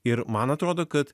ir man atrodo kad